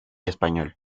español